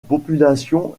population